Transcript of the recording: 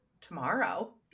tomorrow